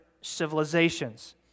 civilizations